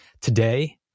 Today